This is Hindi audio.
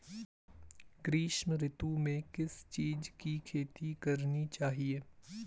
ग्रीष्म ऋतु में किस चीज़ की खेती करनी चाहिये?